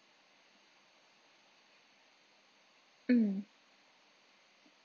mm